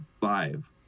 five